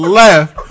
left